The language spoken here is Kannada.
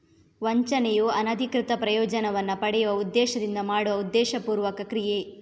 ವಂಚನೆಯು ಅನಧಿಕೃತ ಪ್ರಯೋಜನವನ್ನ ಪಡೆಯುವ ಉದ್ದೇಶದಿಂದ ಮಾಡುವ ಉದ್ದೇಶಪೂರ್ವಕ ಕ್ರಿಯೆ